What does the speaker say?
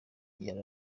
yari